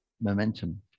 Momentum